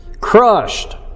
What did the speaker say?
crushed